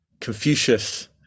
Confucius